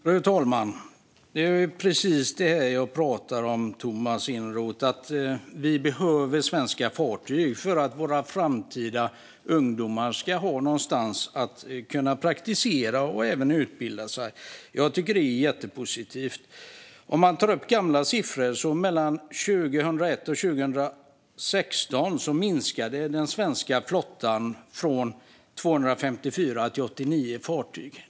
Fru talman! Det är precis det här jag pratar om, Tomas Eneroth. Vi behöver svenska fartyg för att våra framtida ungdomar ska ha någonstans att kunna praktisera och även utbilda sig. Jag tycker att det är jättepositivt. Om man tar upp gamla siffror minskade den svenska flottan 2001-2016 från 254 till 89 fartyg.